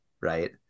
right